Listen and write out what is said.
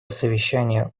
совещание